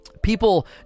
People